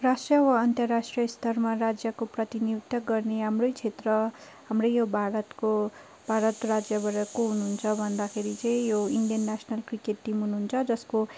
राष्ट्रिय वा अन्तर्राष्ट्रिय स्तरमा राज्यको प्रतिनिधित्व गर्ने हाम्रै क्षेत्र हाम्रो यो भारतको भारत राज्यबाट को हुनुहुन्छ भन्दाखेरि चाहिँ यो इन्डियन नेसनल क्रिकेट टिम हुनुहुन्छ जसको